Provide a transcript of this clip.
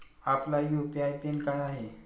आपला UPI PIN काय आहे?